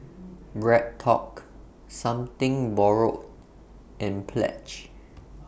BreadTalk Something Borrowed and Pledge